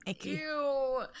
Ew